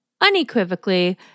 Unequivocally